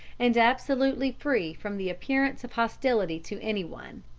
and absolutely free from the appearance of hostility to any one.